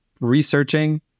researching